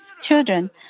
children